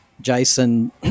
jason